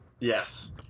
Yes